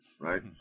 right